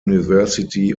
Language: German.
university